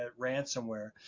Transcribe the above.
ransomware